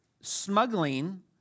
smuggling